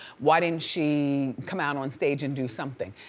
why didn't she come out on stage and do something.